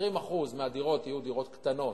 ו-20% מהדירות יהיו דירות קטנות,